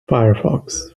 firefox